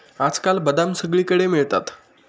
आजकाल बदाम सगळीकडे मिळतात